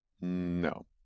no